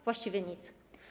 Właściwie nic.